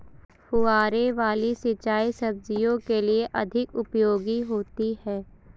फुहारे वाली सिंचाई सब्जियों के लिए अधिक उपयोगी होती है?